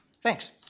Thanks